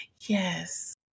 Yes